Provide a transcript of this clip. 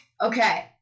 Okay